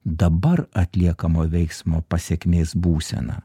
dabar atliekamo veiksmo pasekmės būseną